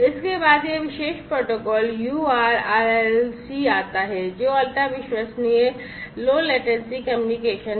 इसके बाद यह विशेष प्रोटोकॉल URLLC आता है जो अल्ट्रा विश्वसनीय लो लेटेंसी कम्युनिकेशन है